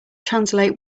translate